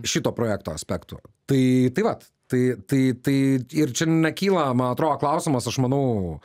šito projekto aspektu tai tai vat tai tai tai ir čia nekyla man atrodo klausimas aš manau